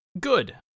good